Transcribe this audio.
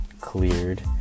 cleared